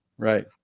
Right